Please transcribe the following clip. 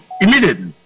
immediately